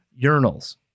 urinals